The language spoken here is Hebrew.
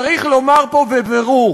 צריך לומר פה בבירור,